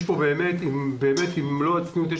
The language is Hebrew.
במלוא הצניעות,